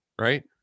right